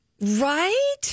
Right